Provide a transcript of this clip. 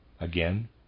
Again